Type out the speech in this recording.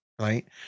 right